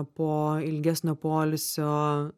po ilgesnio poilsio